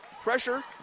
Pressure